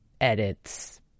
edits